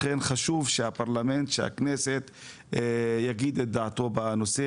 לכן חשוב שהפרלמנט של הכנסת יגיד את דעתו בנושא